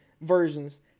versions